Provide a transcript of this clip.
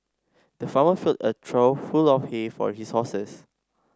the farmer filled a trough full of hay for his horses